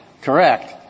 correct